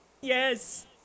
Yes